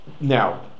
Now